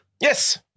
Yes